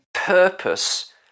purpose